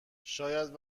شاید